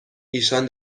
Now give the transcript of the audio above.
ایشان